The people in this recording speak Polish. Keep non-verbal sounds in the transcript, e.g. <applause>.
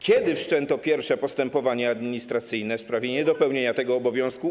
Kiedy wszczęto pierwsze postępowanie administracyjne w sprawie niedopełnienia <noise> tego obowiązku?